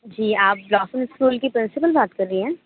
جی آپ راہل اسکول کی پرنسپل بات کر رہی ہیں